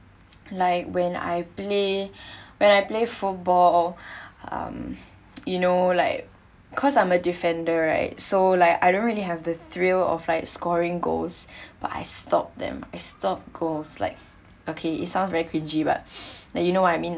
like when I play when I play football or um you know like cause I'm a defender right so like I don't really have the thrill of like scoring goals but I stopped them I stopped goals like okay it sounds very cringey but that you know what I mean